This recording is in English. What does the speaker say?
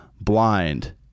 blind